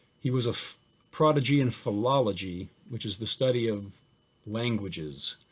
he was a prodigy in philology, which is the study of languages,